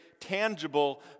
tangible